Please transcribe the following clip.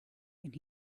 and